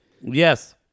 Yes